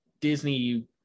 Disney